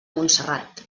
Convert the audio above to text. montserrat